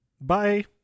Bye